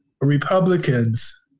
Republicans